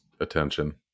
attention